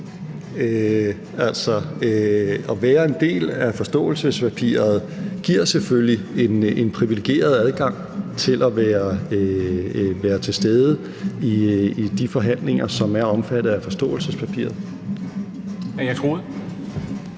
af kredsen bag forståelsespapiret giver selvfølgelig en privilegeret adgang til at være til stede i de forhandlinger, som er omfattet af forståelsespapiret. Kl.